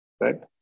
Right